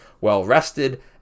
well-rested